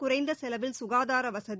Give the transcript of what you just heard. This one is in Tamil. குறைந்த செலவில் சுகாதார வசதி